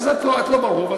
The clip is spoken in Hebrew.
אז את לא ברוב.